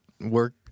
work